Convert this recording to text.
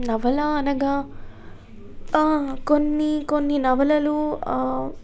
నవల అనగా ఆ కొన్ని కొన్ని నవలలు